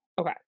Okay